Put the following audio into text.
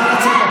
את רוצה לצאת?